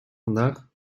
vandaag